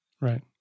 Right